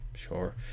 Sure